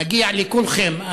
מגיע לכולכם,